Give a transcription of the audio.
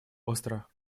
остро